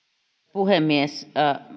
puhemies